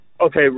Okay